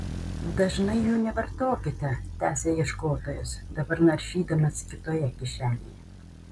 dažnai jų nevartokite tęsė ieškotojas dabar naršydamas kitoje kišenėje